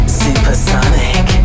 supersonic